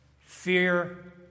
Fear